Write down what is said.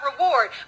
reward